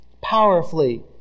powerfully